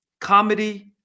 comedy